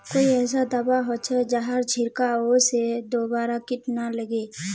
कोई ऐसा दवा होचे जहार छीरकाओ से दोबारा किट ना लगे?